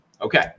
okay